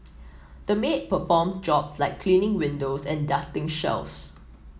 the maid performed jobs like cleaning windows and dusting shelves